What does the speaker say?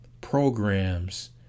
programs